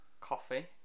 Coffee